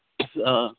অঁ